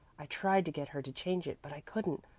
i tried to get her to change it, but i couldn't,